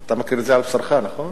אתה מכיר את זה על בשרך, נכון?